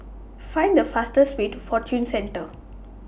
Find The fastest Way to Fortune Centre